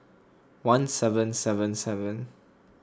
one seven seven seven